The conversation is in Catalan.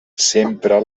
sempre